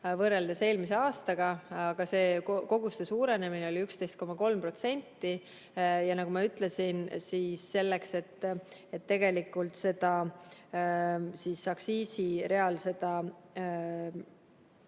võrreldes eelmise aastaga, aga see koguste suurenemine oli 11,3%. Nagu ma ütlesin, selleks et tegelikult aktsiisireal seda